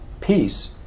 peace